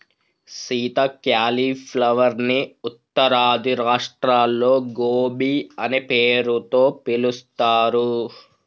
Sita cauliflower ని ఉత్తరాది రాష్ట్రాల్లో గోబీ అనే పేరుతో పిలుస్తారు